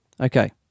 okay